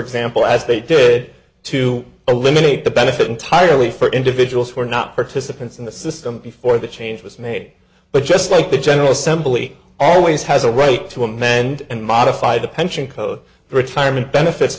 example as they did to eliminate the benefit entirely for individuals who are not participants in the system before the change was made but just like the general assembly always has a right to amend and modify the pension code retirement benefits